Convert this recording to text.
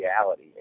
reality